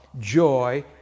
joy